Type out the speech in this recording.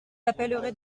appellerai